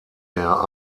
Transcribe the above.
der